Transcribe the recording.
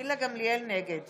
נגד